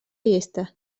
llesta